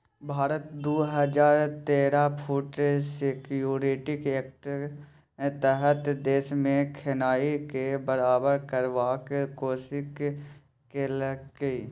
भारत दु हजार तेरहक फुड सिक्योरिटी एक्टक तहत देशमे खेनाइ केँ बराबर करबाक कोशिश केलकै